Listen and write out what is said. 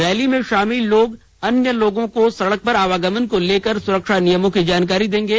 rally में शामिल लोग अन्य लोगों को सड़क पर आवागमन को लेकर सुरक्षा नियमों की जानकारी देंगे